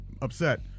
upset